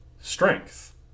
strength